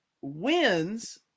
wins